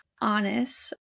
honest